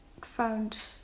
found